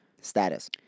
status